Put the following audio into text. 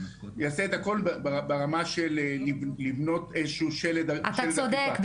יעשה את הכל ברמה של לבנות שלד --- אתה צודק,